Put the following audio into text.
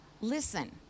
listen